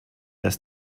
dass